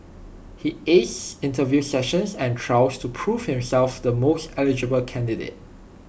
he aced interview sessions and trials to prove himself the most eligible candidate